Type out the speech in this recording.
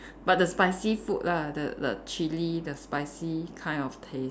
but the spicy food lah the the chili the spicy kind of taste